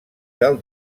del